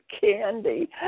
candy